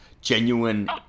genuine